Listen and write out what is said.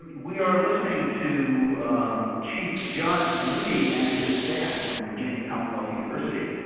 we are listening to chief john venuti and his staff from virginia commonwealth university,